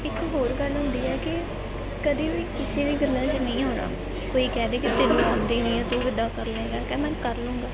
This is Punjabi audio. ਇੱਕ ਹੋਰ ਗੱਲ ਹੁੰਦੀ ਹੈ ਕਿ ਕਦੀ ਵੀ ਕਿਸੇ ਦੀਆਂ ਗੱਲਾਂ 'ਚ ਨਹੀਂ ਆਉਣਾ ਕੋਈ ਕਹਿ ਦਏ ਕਿ ਤੈਨੂੰ ਆਉਂਦੀ ਨਹੀਂ ਹੈ ਤੂੰ ਕਿੱਦਾਂ ਕਰ ਲਏਗਾ ਕਹਿ ਮੈਂ ਕਰਲਾਂਗਾ